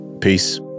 Peace